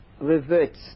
reverts